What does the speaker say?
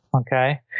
okay